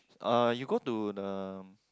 uh you go to the